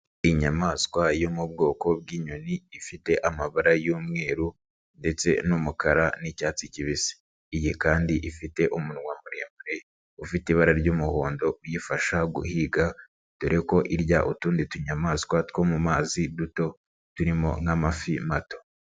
Inyamaswa yo mu bwoko bw'inyoni ifite amabara y'umweru ndetse n'umukara n'icyatsi kibisi, iyi kandi ifite umunwa muremu ufite ibara ry'umuhondo uyifasha guhiga dore ko irya utundi tunyamaswa two mu mazi duto turimo nk'amafi mato.